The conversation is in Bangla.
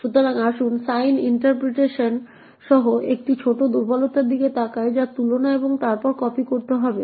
সুতরাং আসুন সাইন ইন্টারপ্রিটেশন সহ একটি ছোট দুর্বলতার দিকে তাকাই যা তুলনা এবং তারপর কপি করতে হবে